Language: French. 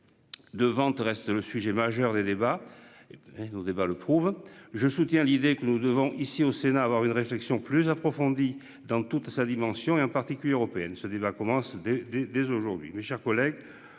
De vente reste le sujet majeur des débats. Et nos débats le prouve. Je soutiens l'idée que nous devons ici au Sénat, à avoir une réflexion plus approfondie dans toute sa dimension et, en particulier européenne. Ce débat commence dès, dès, dès aujourd'hui, mes chers collègues.